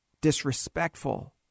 disrespectful